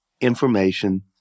Information